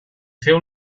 feu